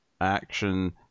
Action